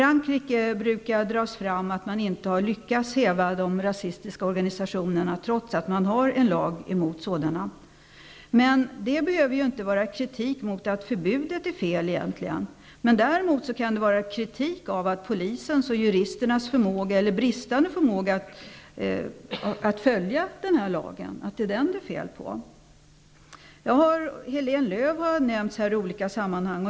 Det brukar dras fram att man i Frankrike inte lyckats bli av med de rasistiska organisationerna trots att man har en lag emot sådana. Men det behöver inte betyda att det är fel på förbudet. Felet kan vara polisens och juristernas bristande förmåga att följa lagen. Helene Lööw har nämnts i olika sammanhang.